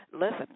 listen